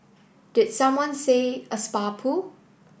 did someone say a spa pool